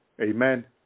amen